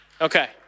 Okay